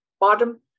bottom